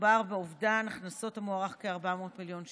מדובר באובדן הכנסות המוערך בכ-400 מיליון שקל.